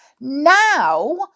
now